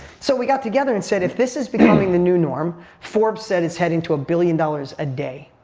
so we got together and said if this is becoming the new norm, forbes said it's heading to a billion dollars a day.